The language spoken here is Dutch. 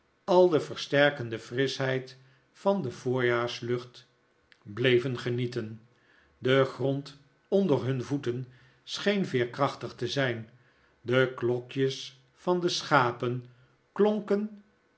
al de versterkende frischheid van de voorjaarslucht bleven genieten de grond onder hun voeten scheen veerkrachtig te zijn de klokjes van de schapen klonken